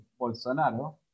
Bolsonaro